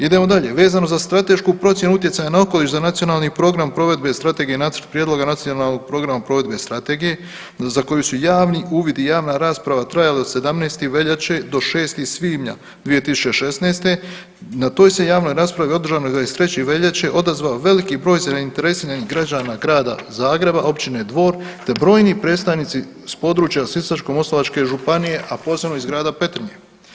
Idemo dalje, vezano za stratešku procjenu utjecaja na okoliš za Nacionalni program provedbe strategije nacrt prijedloga nacionalnog programa provedbe strategije za koju su javni uvid i javna rasprava trajali od 17. veljače do 6. svibnja 2016. na toj se javnoj raspravi održanoj 23. veljače odazvao velik broj zainteresiranih građana Grada Zagreba, općine Dvor te brojni predstavnici s područja Sisačko-moslavačke županije, a posebno iz grada Petrinje.